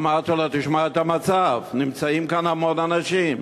אמרתי לו, תשמע על המצב, נמצאים כאן המון אנשים,